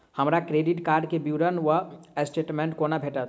हमरा credit card केँ विवरण वा स्टेटमेंट कोना भेटत?